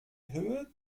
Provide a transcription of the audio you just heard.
höhe